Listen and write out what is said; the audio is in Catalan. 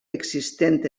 existent